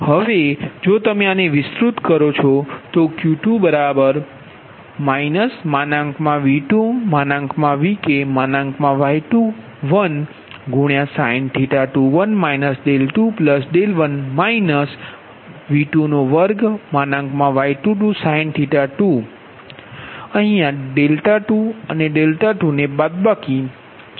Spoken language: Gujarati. હવે જો તમે આને વિસ્તૃત કરો છો તો Q2 V2V1Y21sin⁡21 21 બાદબાકી V22Y22sin⁡ 22 ને બાદબાકી V2V3Y23sin⁡ 23 23 બાદબાકી V2V4Y24sin⁡ 24 24હશે